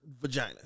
vagina